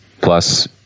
plus